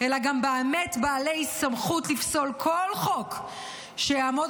אלא גם באמת בעלי סמכות לפסול כל חוק שיעמוד